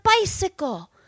bicycle